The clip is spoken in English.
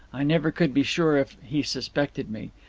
i never could be sure if he suspected me.